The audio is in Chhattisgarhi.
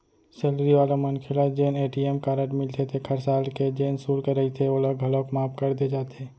सेलरी वाला मनखे ल जेन ए.टी.एम कारड मिलथे तेखर साल के जेन सुल्क रहिथे ओला घलौक माफ कर दे जाथे